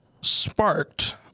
sparked